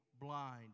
blind